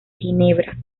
ginebra